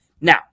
Now